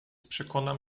przekonam